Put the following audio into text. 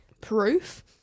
proof